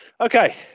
Okay